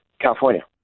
California